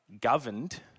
governed